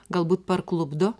galbūt parklupdo